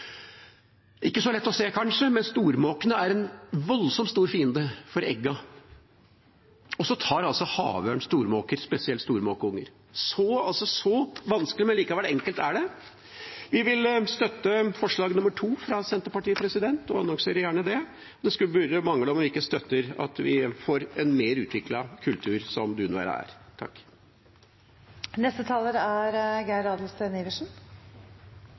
ikke så lett å se kanskje, men stormåkene er en voldsomt stor fiende for eggene, og havørna tar altså stormåker, spesielt stormåkeunger. Så vanskelig, men likevel enkelt, er det. Vi vil støtte forslag nr. 2, fra Senterpartiet – og annonserer gjerne det. Det skulle bare mangle om vi ikke støtter at vi får en mer utviklet kultur, som